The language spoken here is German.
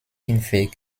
hinweg